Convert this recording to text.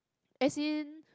as in